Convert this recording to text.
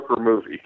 Movie